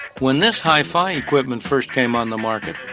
when this hi-fi equipment first came on the market,